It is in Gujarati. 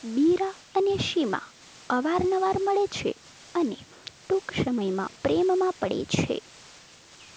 બીરા અને સીમા અવાર નવાર મળે છે અને ટૂંક સમયમાં પ્રેમમાં પડે છે